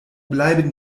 bleiben